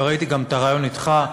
וראיתי גם את הריאיון אתך,